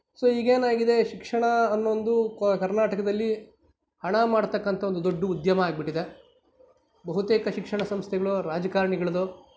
so ಈಗೇನಾಗಿದೆ ಶಿಕ್ಷಣ ಅನ್ನೋದು ಕರ್ನಾಟಕದಲ್ಲಿ ಹಣ ಮಾಡ್ತಕ್ಕಂಥ ಒಂದು ದೊಡ್ಡ ಉದ್ಯಮ ಆಗ್ಬಿಟ್ಟಿದೆ ಬಹುತೇಕ ಶಿಕ್ಷಣ ಸಂಸ್ಥೆಗಳು ರಾಜಕಾರಿಣಿಗಳದ್ದು